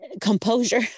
composure